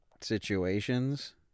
situations